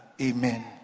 amen